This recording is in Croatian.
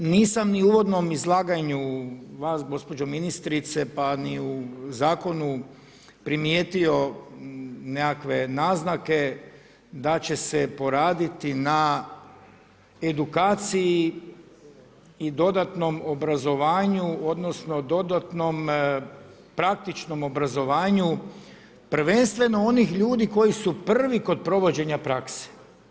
Nisam ni u uvodnom izlaganju vas, gospođo ministrice, pa ni u Zakonu primijetio nekakve naznake da će se poraditi na edukaciji i dodatnom obrazovanju, odnosno dodatnom praktičnom obrazovanju prvenstveno onih ljudi koji su prvi kod provođenja prakse.